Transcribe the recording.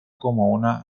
como